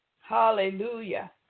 Hallelujah